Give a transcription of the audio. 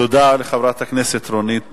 תודה לחברת הכנסת רונית תירוש.